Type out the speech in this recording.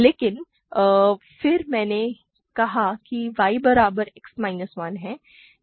लेकिन फिर मैंने कहा कि y बराबर X माइनस 1 है